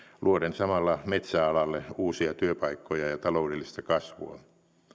luoden samalla metsäalalle uusia työpaikkoja ja taloudellista kasvua